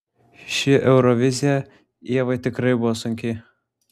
ši eurovizija ievai tikrai buvo sunki